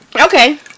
okay